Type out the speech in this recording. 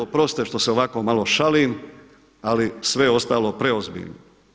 Oprostite što se ovako malo šalim, ali sve je ostalo preozbiljno.